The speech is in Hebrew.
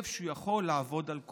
מי לא זוכר את הנאומים חוצבי הלהבות של